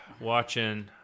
watching